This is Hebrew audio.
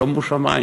שומו שמים.